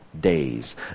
days